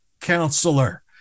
Counselor